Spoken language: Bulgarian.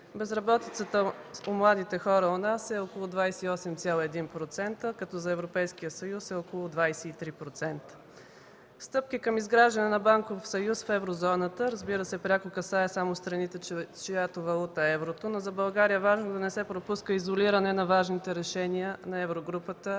Безработицата при младите хора у нас е около 28,1%, като за Европейския съюз е около 23%. Стъпки към изграждане на Банков съюз в Еврозоната, разбира се, пряко касае само страните, чиято валута е еврото, но за България е важно да не се пропуска изолиране на важните решения на еврогрупата